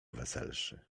weselszy